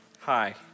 Hi